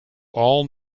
all